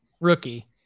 Rookie